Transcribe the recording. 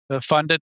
funded